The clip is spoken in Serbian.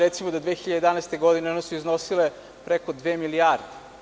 Recimo, 2011. godine one su iznosile preko dve milijarde.